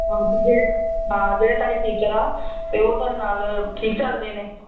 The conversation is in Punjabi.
ਹਾਂ ਜਿਹੜੇ ਹਾਂ ਜਿਹੜੇ ਤੁਹਾਡੇ ਟੀਚਰ ਆ ਤਾਂ ਉਹ ਤੁਹਾਡੇ ਨਾਲ ਠੀਕ ਚੱਲ ਰਹੇ ਨੇ